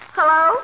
Hello